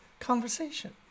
Conversation